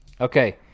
Okay